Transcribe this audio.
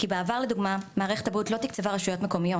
בעבר מערכת הבריאות לא תקצבה רשויות מקומיות